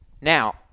Now